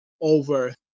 over